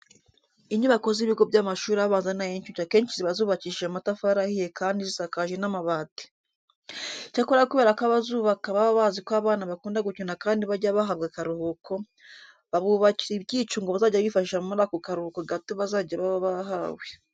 Inyubako z'ibigo by'amashuri abanza n'ay'incuke akenshi ziba zubakishije amatafari ahiye kandi zisakaje n'amabati. Icyakora kubera ko abazubaka baba bazi ko abana bakunda gukina kandi bajya bahabwa akaruhuko, babubakira ibyicungo bazajya bifashisha muri ako karuhuko gato bazajya baba bahawe.